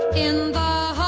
in the